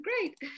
great